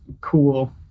Cool